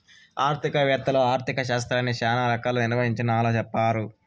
ఆర్థిక వేత్తలు ఆర్ధిక శాస్త్రాన్ని శ్యానా రకాల నిర్వచనాలు చెప్పారు